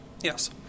yes